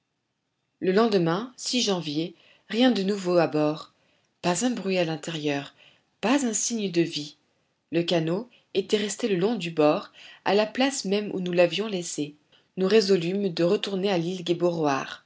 le lendemain janvier rien de nouveau à bord pas un bruit à l'intérieur pas un signe de vie le canot était resté le long du bord à la place même où nous l'avions laissé nous résolûmes de retourner à l'île